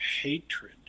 hatred